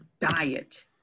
diet